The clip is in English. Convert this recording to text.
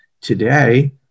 today